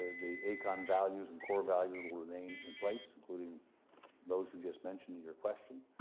the aecon values and core values will remain in place, including those you just mentioned in your question.